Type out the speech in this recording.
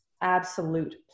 absolute